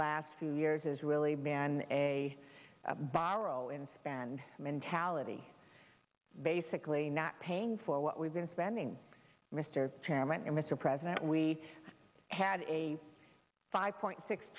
last few years is really man a borrow and spend mentality basically not paying for what we've been spending mr chairman and mr president we had a five point six